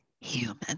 human